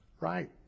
right